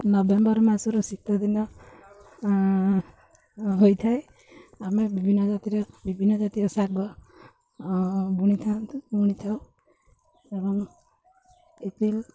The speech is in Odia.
ନଭେମ୍ବର ମାସର ଶୀତ ଦିନ ହୋଇଥାଏ ଆମେ ବିଭିନ୍ନ ଜାତିର ବିଭିନ୍ନ ଜାତିର ଶାଗ ବୁଣିଥାନ୍ତୁ ବୁଣିଥାଉ ଏବଂ ଏପ୍ରିଲ୍